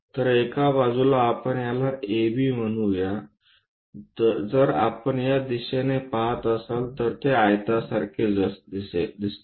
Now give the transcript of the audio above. तर एका बाजूला आपण याला AB म्हणूया जर आपण या दिशेने पहात असाल तर ते आयतासारखे दिसते